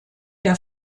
der